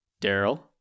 daryl